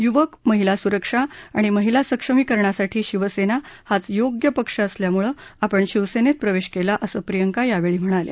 युवक महिला सुरक्षा आणि महिला सक्षमीकरणासाठी शिवसेना हाच योग्य पक्ष असल्यामुळे आपण शिवसेनेत प्रवेश केला असं प्रियंका यावेळी म्हणाल्या